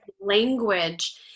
language